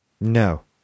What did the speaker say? No